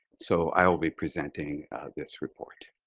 so i will be presenting this report.